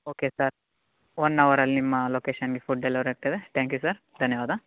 okay sir one ಅವರಲ್ಲಿ ನಿಮ್ಮ ಲೊಕೇಶನ್ಗೆ ಫುಡ್ ಡೆಲಿವರಿ ಆಗ್ತದೆ ತ್ಯಾಂಕ್ ಯು ಸರ್ ಧನ್ಯವಾದ